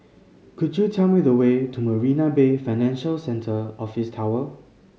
could you tell me the way to Marina Bay Financial Centre Office Tower